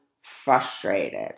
frustrated